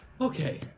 okay